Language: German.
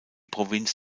provinz